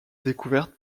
découverte